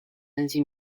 asie